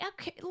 okay